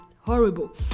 horrible